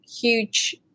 huge